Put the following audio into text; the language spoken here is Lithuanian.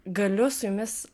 galiu su jumis